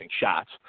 shots